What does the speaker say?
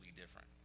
different